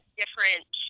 different